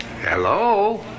Hello